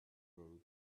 grow